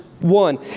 One